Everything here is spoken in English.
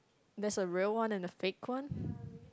there's a real one and a fake one